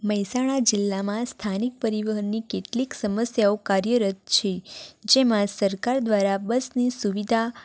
મહેસાણા જિલ્લામાં સ્થાનિક પરિવહનની કેટલીક સમસ્યાઓ કાર્યરત છે જેમાં સરકાર દ્વારા બસની સુવિધા